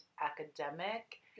academic